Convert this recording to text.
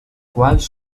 quals